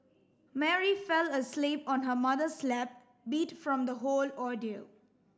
Mary fell asleep on her mother's lap beat from the whole ordeal